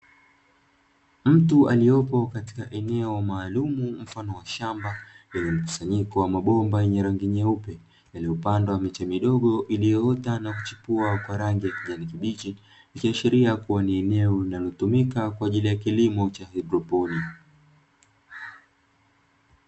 Mtu aliyepo katika eneo maalumu mfano wa shamba lenye mkusanyiko wa mabomba yenye rangi nyeupe, yaliyopandwa miche midogo iliyoota na kuchipua kwa rangi ya kijani kibichi, ikiashiria kuwa ni eneo linalotumika kwa ajili ya kilimo cha haidroponi.